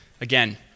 Again